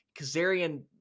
Kazarian